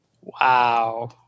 wow